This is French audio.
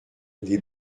les